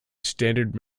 standard